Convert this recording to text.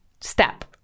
Step